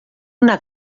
una